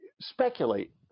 Speculate